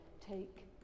Take